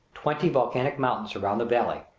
twenty volcanic mountains surround the valley,